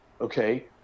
okay